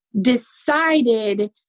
decided